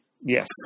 Yes